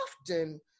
often